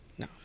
No